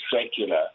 secular